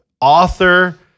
Author